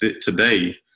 today